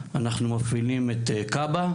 אנחנו מפעילים את כב״ה,